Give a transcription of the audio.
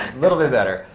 little bit better.